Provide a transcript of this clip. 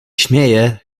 śmieje